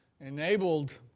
enabled